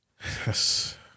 Yes